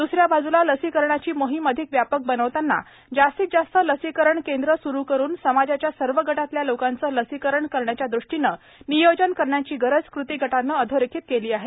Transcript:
द्सऱ्या बाजूला लसीकरणाची मोहीम अधिक व्यापक बनवताना जास्तीत जास्त लसीकरण केंद्रं सुरू करून समाजाच्या सर्व गटातल्या लोकांचं लसीकरण करण्याच्या दृष्टीनं नियोजन करण्याची गरज कृती गटानं अधोरेखित केली आहे